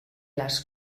les